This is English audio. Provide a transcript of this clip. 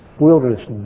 wilderness